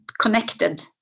connected